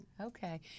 Okay